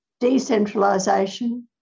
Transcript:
decentralisation